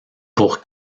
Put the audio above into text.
pour